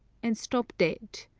and stop dead.